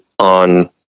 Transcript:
on